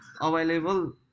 available